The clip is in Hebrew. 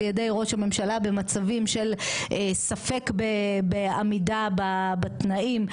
ידי ראש הממשלה במצבים של ספק בעמידה בתנאים,